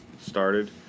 started